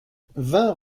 vingt